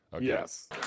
Yes